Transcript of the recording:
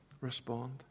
respond